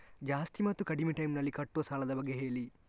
ಜಾಸ್ತಿ ಮತ್ತು ಕಡಿಮೆ ಟೈಮ್ ನಲ್ಲಿ ಕಟ್ಟುವ ಸಾಲದ ಬಗ್ಗೆ ಹೇಳಿ